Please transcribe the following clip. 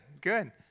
good